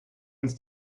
uns